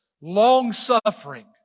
long-suffering